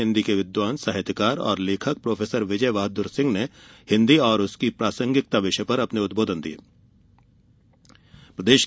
हिन्दी के विद्वान साहित्यकार और लेखक प्रोफेसर विजय बहादुर सिंह ने हिन्दी और उसकी प्रासंगिकता विषय पर अपने उद्बोधन दिये